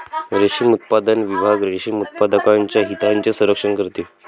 रेशीम उत्पादन विभाग रेशीम उत्पादकांच्या हितांचे संरक्षण करते